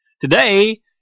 Today